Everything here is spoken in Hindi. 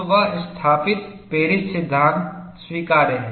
तो वह स्थापित पेरिस सिद्धांत स्वीकार्य है